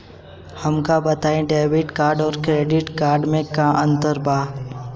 हमका बताई debit card और क्रेडिट कार्ड में का अंतर बा?